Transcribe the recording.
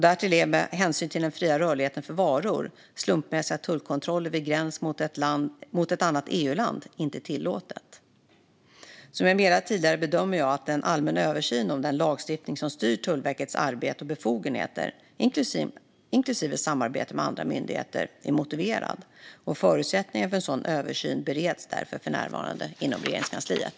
Därtill är, med hänsyn till den fria rörligheten för varor, slumpmässiga tullkontroller vid gräns mot ett annat EU-land inte tillåtet. Som jag meddelat tidigare bedömer jag att en allmän översyn av den lagstiftning som styr Tullverkets arbete och befogenheter, inklusive samarbetet med andra myndigheter, är motiverad, och förutsättningarna för en sådan översyn bereds därför för närvarande inom Regeringskansliet.